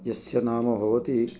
यस्य नाम भवति